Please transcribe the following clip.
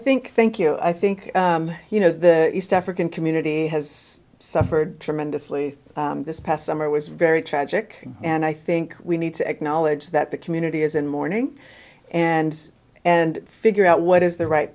think thank you i think you know the east african community has suffered tremendously this past summer was very tragic and i think we need to acknowledge that the community is in mourning and and figure out what is the right